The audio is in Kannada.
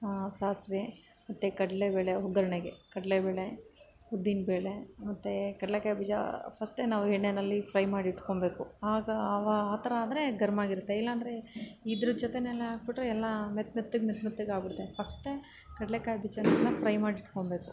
ಸಾಸಿವೆ ಮತ್ತು ಕಡಲೇಬೇಳೆ ಒಗ್ಗರಣೆಗೆ ಕಡಲೇಬೇಳೆ ಉದ್ದಿನ ಬೇಳೆ ಮತ್ತು ಕಡಲೇಕಾಯಿ ಬೀಜ ಫಸ್ಟೇ ನಾವು ಎಣ್ಣೆಯಲ್ಲಿ ಫ್ರೈ ಮಾಡಿಟ್ಕೊಳ್ಬೇಕು ಆಗ ಯಾವ ಆ ಥರ ಆದ್ರೆ ಗರ್ಮಾಗಿರುತ್ತೆ ಇಲ್ಲ ಅಂದ್ರೆ ಇದ್ರ ಜೊತೆಯಲ್ಲಿ ಹಾಕಿಬಿಟ್ರೆ ಎಲ್ಲ ಮೆತ್ತ ಮೆತ್ತಗೆ ಮೆತ್ತ ಮೆತ್ತಗೆ ಆಗಿಬಿಡುತ್ತೆ ಫಸ್ಟೇ ಕಡಲೇಕಾಯಿ ಬೀಜವೆಲ್ಲ ಫ್ರೈ ಮಾಡಿಟ್ಕೊಳ್ಬೇಕು